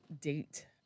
date